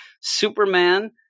superman